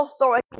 authority